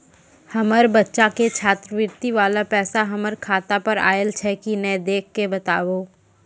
हमार बच्चा के छात्रवृत्ति वाला पैसा हमर खाता पर आयल छै कि नैय देख के बताबू?